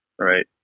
Right